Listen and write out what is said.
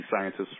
scientists